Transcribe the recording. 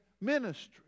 ministry